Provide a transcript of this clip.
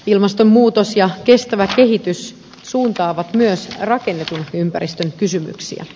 ilmastonmuutos ja kestävä kehitys suuntaavat myös rakennetun ympäristön kysymyksiä